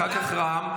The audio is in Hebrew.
אחר כך רע"מ,